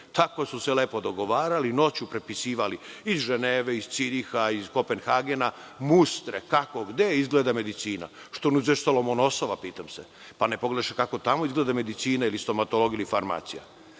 Tako su se lepo dogovarali, noći prepisivali iz Ženeve, iz Ciriha, iz Kopenhagena, mustre kako gde izgleda medicina. Što ne uzeše Lomonosova, pitam se, pa ne pogreše kako tamo izgleda medicina, stomatologija ili farmacija? Kada